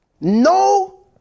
No